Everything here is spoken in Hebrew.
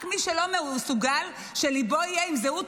רק מי שלא מסוגל שליבו יהיה עם זהות